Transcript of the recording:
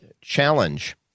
challenge